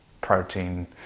protein